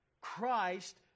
Christ